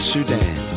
Sudan